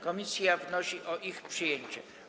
Komisja wnosi o ich przyjęcie.